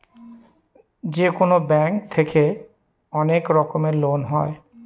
যেকোনো ব্যাঙ্ক থেকে অনেক রকমের লোন হয়